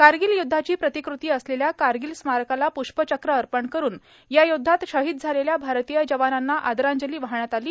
कारगिल युद्धाची प्रतिकृती असलेल्या कारगिल स्मारकाला पुष्पचक्र अर्पण करून या युद्धात शहीद झालेल्या भारतीय जवानांना आदरांजली वाहण्यात आली